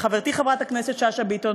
לחברתי חברת הכנסת שאשא ביטון,